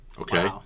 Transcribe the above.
okay